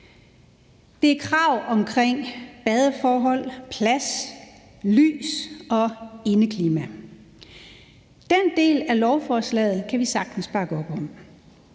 Det er krav vedrørende badeforhold, plads, lys og indeklima. Den del af lovforslaget kan vi sagtens bakke op om.